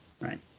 right